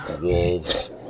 wolves